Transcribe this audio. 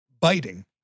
Biting